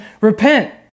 repent